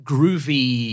Groovy